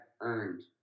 earned